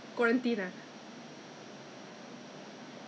those those in quarantine ah I'm not sure leh at that time I think